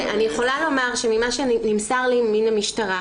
אני יכולה לומר שממה שנמסר לי מהמשטרה,